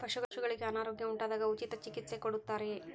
ಪಶುಗಳಿಗೆ ಅನಾರೋಗ್ಯ ಉಂಟಾದಾಗ ಉಚಿತ ಚಿಕಿತ್ಸೆ ಕೊಡುತ್ತಾರೆಯೇ?